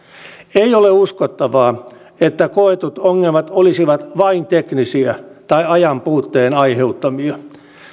ei ole uskottavaa että koetut ongelmat olisivat vain teknisiä tai ajanpuutteen aiheuttamia